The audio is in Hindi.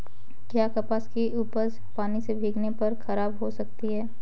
क्या कपास की उपज पानी से भीगने पर खराब हो सकती है?